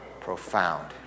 profound